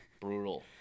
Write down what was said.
Brutal